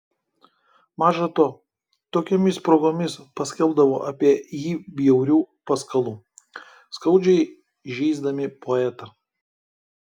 maža to tokiomis progomis paskelbdavo apie jį bjaurių paskalų skaudžiai žeisdami poetą